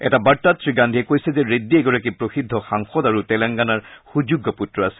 এটা বাৰ্তাত শ্ৰীগান্ধীয়ে কৈছে যে ৰেড্ডী এগৰাকী প্ৰসিদ্ধ সাংসদ আৰু তেলেংগানাৰ তেওঁ সুযোগ্য পুত্ৰ আছিল